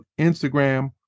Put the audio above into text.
Instagram